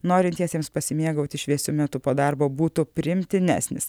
norintiesiems pasimėgauti šviesiu metu po darbo būtų priimtinesnis